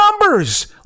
numbers